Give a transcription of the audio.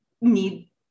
need